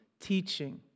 teaching